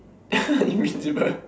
invisible